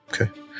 Okay